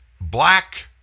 black